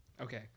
okay